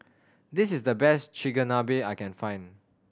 this is the best Chigenabe I can find